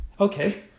Okay